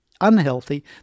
unhealthy